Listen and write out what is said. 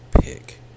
pick